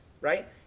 right